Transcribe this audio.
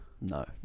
No